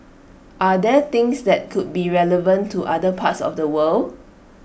are there things that could be relevant to other parts of the world